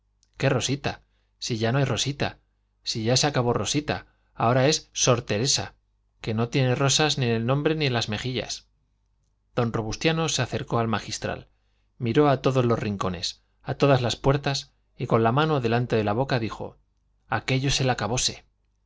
qué rosita si ya no hay rosita si ya se acabó rosita ahora es sor teresa que no tiene rosas ni en el nombre ni en las mejillas don robustiano se acercó al magistral miró a todos los rincones a todas las puertas y con la mano delante de la boca dijo aquello es el acabose